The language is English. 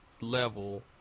level